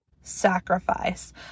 sacrifice